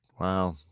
wow